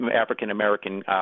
African-American